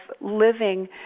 living